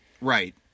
Right